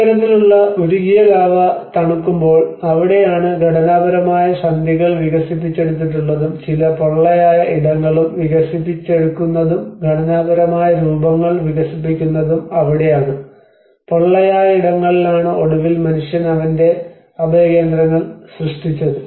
ഇത്തരത്തിലുള്ള ഉരുകിയ ലാവ തണുക്കുമ്പോൾ അവിടെയാണ് ഘടനാപരമായ സന്ധികൾ വികസിപ്പിച്ചെടുത്തിട്ടുള്ളതും ചില പൊള്ളയായ ഇടങ്ങളും വികസിപ്പിച്ചെടുക്കുന്നതും ഘടനാപരമായ രൂപങ്ങൾ വികസിപ്പിക്കുന്നതും അവിടെയാണ് പൊള്ളയായ ഇടങ്ങളിലാണ് ഒടുവിൽ മനുഷ്യൻ അവന്റെ അഭയകേന്ദ്രങ്ങൾ സൃഷ്ടിച്ചത്